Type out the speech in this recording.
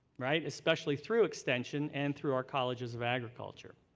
right? especially through extension and through our colleges of agriculture.